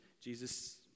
Jesus